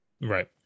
Right